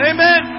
Amen